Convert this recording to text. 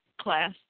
class